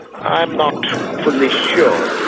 i'm not fully sure.